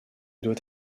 doit